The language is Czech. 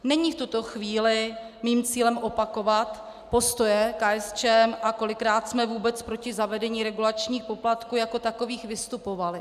Není v tuto chvíli mým cílem opakovat postoje KSČM a kolikrát jsme vůbec proti zavedení regulačních poplatků jako takových vystupovali.